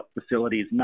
facilities